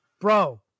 bro